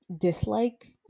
dislike –